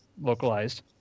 localized